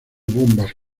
bombas